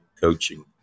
coaching